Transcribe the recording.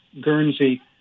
Guernsey